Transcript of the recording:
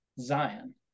Zion